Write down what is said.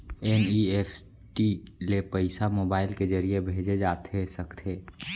NEFT ले पइसा mobile के ज़रिए भेजे जाथे सकथे?